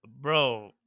bro